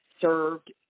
served